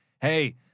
Hey